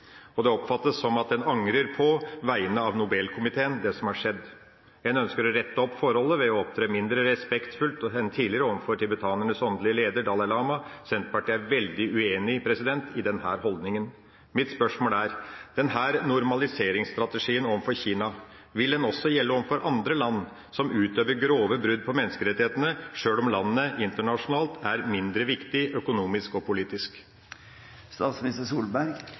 Det oppfattes som at man på vegne av Nobel-komiteen angrer det som har skjedd. Man ønsker å rette opp forholdet ved å opptre mindre respektfullt enn tidligere overfor tibetanernes åndelige leder, Dalai Lama. Senterpartiet er veldig uenig i denne holdninga. Mitt spørsmål er: Denne normaliseringsstrategien overfor Kina, vil den også gjelde overfor andre land som utøver grove brudd på menneskerettighetene, sjøl om landet internasjonalt er mindre viktig økonomisk og politisk?